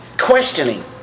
questioning